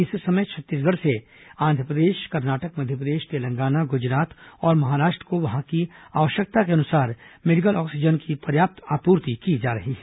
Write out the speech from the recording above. इस समय छत्तीसगढ़ से आंध्रप्रदेश कर्नाटक मध्यप्रदेश तेलंगाना गुजरात और महाराष्ट्र को वहां की आवश्यकता के अनुसार मेडिकल ऑक्सीजन की पर्याप्त आपूर्ति की जा रही है